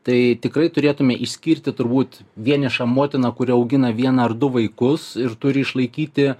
tai tikrai turėtume išskirti turbūt vienišą motiną kuri augina vieną ar du vaikus ir turi išlaikyti